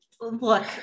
Look